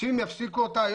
שאם יפסיקו אותה,